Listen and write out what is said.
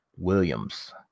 Williams